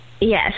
Yes